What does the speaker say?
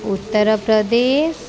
Uttar Pradesh